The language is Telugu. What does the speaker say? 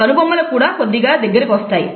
కనుబొమ్మలు కూడా కొద్దిగా దగ్గరకు వస్తాయి